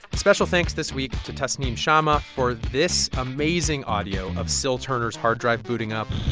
special thanks this week to tasnim shamma for this amazing audio of syl turner's hard drive booting up